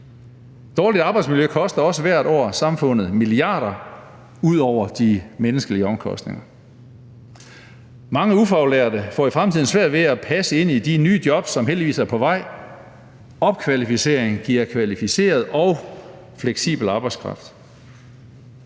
Dårligt arbejdsmiljø koster også hvert år samfundet milliarder ud over de menneskelige omkostninger. Mange ufaglærte får i fremtiden svært ved at passe ind i de nye jobs, som heldigvis er på vej. Opkvalificering giver kvalificeret og fleksibel arbejdskraft.